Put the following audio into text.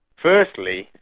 firstly,